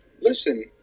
Listen